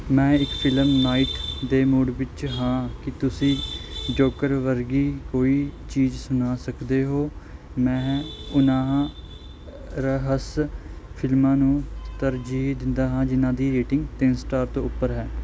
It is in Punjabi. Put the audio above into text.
ਮੈਂ ਇੱਕ ਫਿਲਮ ਨਾਈਟ ਦੇ ਮੂਡ ਵਿੱਚ ਹਾਂ ਕੀ ਤੁਸੀਂ ਜੋਕਰ ਵਰਗੀ ਕੋਈ ਚੀਜ਼ ਸੁਣਾ ਸਕਦੇ ਹੋ ਮੈਂ ਉਹਨਾਂ ਰਹੱਸ ਫਿਲਮਾਂ ਨੂੰ ਤਰਜੀਹ ਦਿੰਦਾ ਹਾਂ ਜਿਨ੍ਹਾਂ ਦੀ ਰੇਟਿੰਗ ਤਿੰਨ ਸਟਾਰ ਤੋਂ ਉੱਪਰ ਹੈ